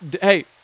hey